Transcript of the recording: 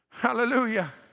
Hallelujah